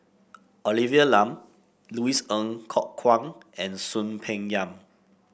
Olivia Lum Louis Ng Kok Kwang and Soon Peng Yam